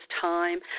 time